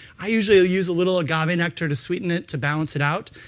i usually ah use a little agave and nectar to sweeten it, to balance it out.